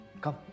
Come